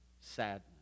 sadness